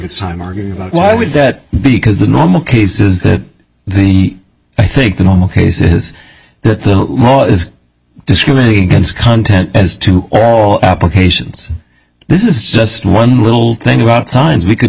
its time arguing about what would that be because the normal case is that the i think the normal case is that the law is discriminating against content as to all applications this is just one little thing about signs we could